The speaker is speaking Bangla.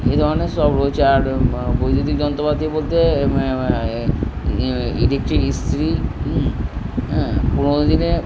এইধরনের সব রয়েছে আর বৈদ্যুতিক যন্ত্রপাতি বলতে ইলেকট্রিক ইস্ত্রি হুম হ্যাঁ পুরোনো দিনে